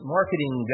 Marketing